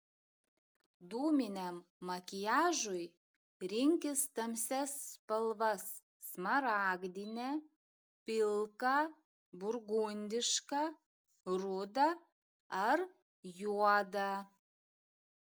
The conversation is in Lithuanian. dūminiam makiažui rinkis tamsias spalvas smaragdinę pilką burgundišką rudą ar juodą